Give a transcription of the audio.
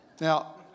Now